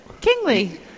Kingly